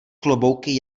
klobouky